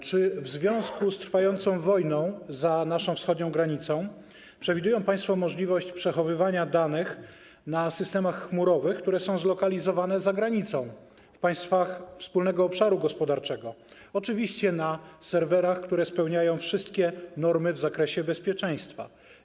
Czy w związku z trwającą wojną za naszą wschodnią granicą przewidują państwo możliwość przechowywania danych w systemach chmurowych, które są zlokalizowane za granicą, w państwach wspólnego obszaru gospodarczego, oczywiście na serwerach, które spełniają wszystkie normy w zakresie bezpieczeństwa?